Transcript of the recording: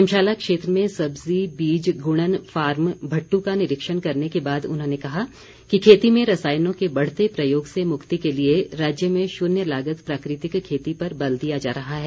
धर्मशाला क्षेत्र में सब्जी बीज गुणन फार्म भट्टू का निरीक्षण करने के बाद उन्होंने कहा कि खेती में रसायनों के बढ़ते प्रयोग से मुक्ति के लिए राज्य में शून्य लागत प्राकृतिक खेती पर बल दिया जा रहा है